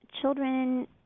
Children